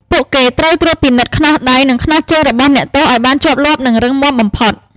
ពួកគេត្រូវត្រួតពិនិត្យខ្នោះដៃ និងខ្នោះជើងរបស់អ្នកទោសឱ្យបានជាប់លាប់ និងរឹងមាំបំផុត។